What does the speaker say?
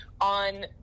on